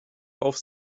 auf